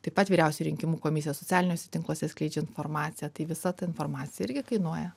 taip pat vyriausia rinkimų komisija socialiniuose tinkluose skleidžia informaciją tai visa ta informacija irgi kainuoja